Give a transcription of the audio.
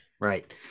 Right